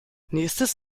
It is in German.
nächstes